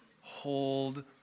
hold